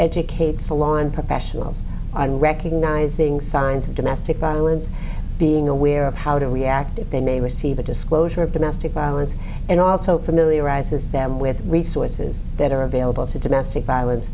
educate salon professionals recognize the signs of domestic violence being aware of how to react if they may receive a disclosure of domestic violence and also familiarizes them with resources that are available to domestic violence